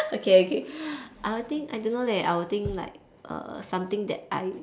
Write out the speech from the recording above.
okay okay I think I don't know leh I will think like err something that I